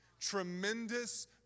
Tremendous